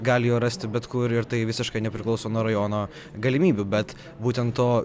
gali jo rasti bet kur ir tai visiškai nepriklauso nuo rajono galimybių bet būtent to